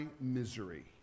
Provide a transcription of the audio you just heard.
misery